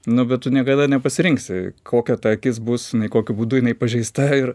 nu bet tu niekada nepasirinksi kokia ta akis bus jinai kokiu būdu jinai pažeista ir